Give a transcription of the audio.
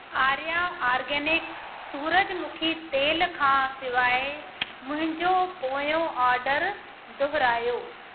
Arya organic सूरजमुखी तेल खां सवाइ मुंहिंजो पोयों ऑडर दुहिरायो